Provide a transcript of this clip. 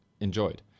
enjoyed